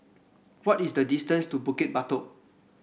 what is the distance to Bukit Batok